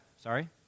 Sorry